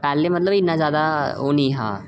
पैह्लें मतलब इन्ना जैदा ओह् निं हा